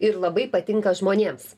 ir labai patinka žmonėms